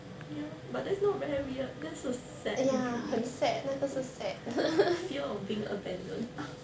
ya but that's not very weird that's a sad dream fear of being abandoned